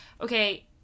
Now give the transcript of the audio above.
Okay